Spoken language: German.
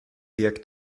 wirkt